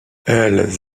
elles